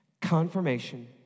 confirmation